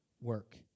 work